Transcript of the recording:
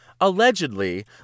Allegedly